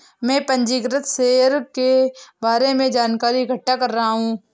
मैं पंजीकृत शेयर के बारे में जानकारी इकट्ठा कर रहा हूँ